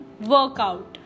workout